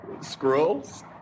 Scrolls